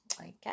Okay